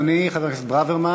תודה, אדוני, חבר הכנסת ברוורמן.